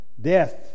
death